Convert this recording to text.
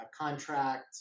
contract